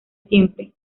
siempre